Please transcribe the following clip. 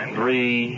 Three